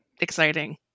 exciting